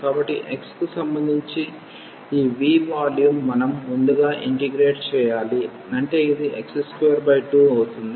కాబట్టి x కి సంబంధించి ఈ v వాల్యూమ్ మనం ముందుగా ఇంటిగ్రేట్ చేయాలి అంటే ఇది x22 అవుతుంది